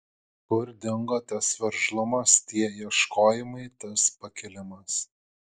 kur dingo tas veržlumas tie ieškojimai tas pakilimas